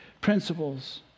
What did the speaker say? principles